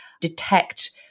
detect